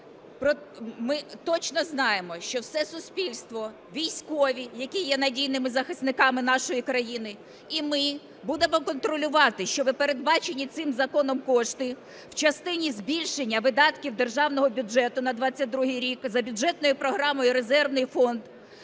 Ми точно знаємо, що все суспільство, військові, які є надійними захисниками нашої країни, і ми будемо контролювати, щоб передбачені цим законом кошти в частині збільшення видатків Державного бюджету на 22-й рік за бюджетною програмою "Резервний фонд"